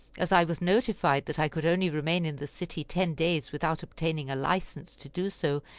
as i was notified that i could only remain in the city ten days without obtaining a license to do so,